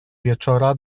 wieczora